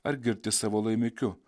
ar girtis savo laimikiu